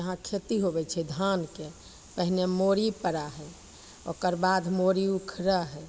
इहाँ खेती होबै छै धानके पहिले मोरी पड़ै हइ ओकर बाद मोरी उखड़ै हइ